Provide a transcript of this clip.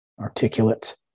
articulate